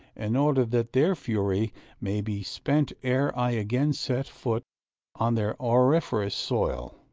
in order that their fury may be spent ere i again set foot on their auriferous soil.